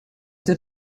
did